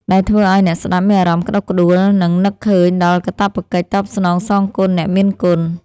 ដែលធ្វើឱ្យអ្នកស្តាប់មានអារម្មណ៍ក្តុកក្តួល និងនឹកឃើញដល់កាតព្វកិច្ចតបស្នងសងគុណអ្នកមានគុណ។